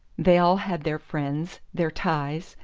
they all had their friends, their ties,